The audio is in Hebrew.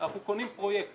אנחנו קונים פרויקט.